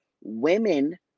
women